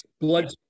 Blood